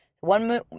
One